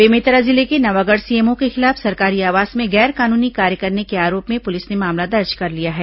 बेमेतरा जिले के नवागढ़ सीएमओ के खिलाफ सरकारी आवास में गैर कानूनी कार्य करने करने के आरोप में पुलिस ने मामला दर्ज कर लिया है